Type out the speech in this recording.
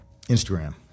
Instagram